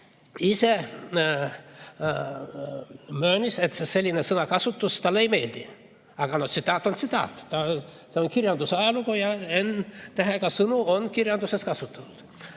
ise möönis, et selline sõnakasutus talle ei meeldi, aga no tsitaat on tsitaat, see on kirjanduse ajalugu ja n‑tähega sõnu on kirjanduses kasutatud.